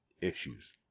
Issues